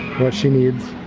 what she needs.